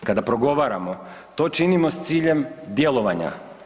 Kada progovaramo to činimo s ciljem djelovanja.